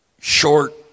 short